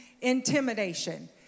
intimidation